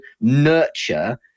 nurture